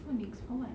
phonics for what